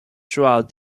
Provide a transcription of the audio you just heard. throughout